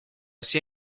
sia